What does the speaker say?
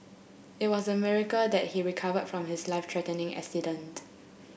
it was a miracle that he recovered from his life threatening accident